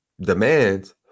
demands